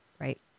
Right